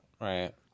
right